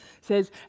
says